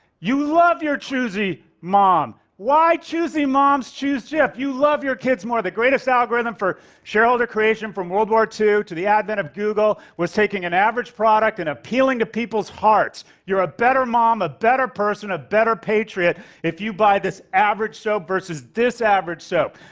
you love your choosy mom. why choosy moms choose jif you love your kids more. the greatest algorithm for shareholder creation from world war ii to the advent of google was taking an average product and appealing to people's hearts. you're a better a mom, a better person, a better patriot if you buy this average soap versus this average soap.